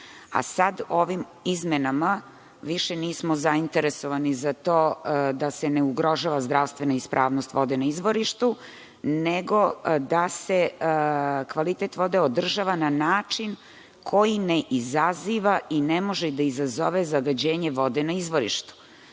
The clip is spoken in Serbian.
Sada, ovim izmenama više nismo zainteresovani za to da se ne ugrožava zdravstvena ispravnost vode na izvorištu, nego da se kvalitet vode održava na način koji ne izaziva i ne može da izazove zagađenje vode na izvorištu. Ovaj